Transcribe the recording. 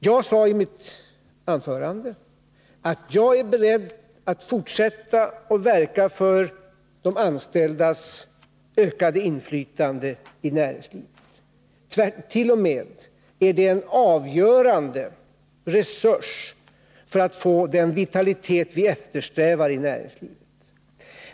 Jag sade i mitt anförande att jag är beredd att fortsätta att verka för de anställdas ökade inflytande i näringslivet. Det är t.o.m. en avgörande resurs för att vi skall få den vitalitet vi eftersträvar i näringslivet.